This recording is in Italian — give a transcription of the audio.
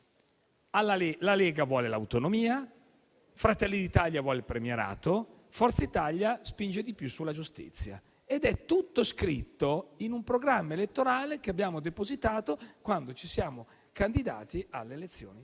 La Lega vuole l'autonomia; Fratelli d'Italia vuole il premierato; Forza Italia spinge di più sulla giustizia. È tutto scritto in un programma elettorale che abbiamo depositato quando ci siamo candidati alle elezioni politiche,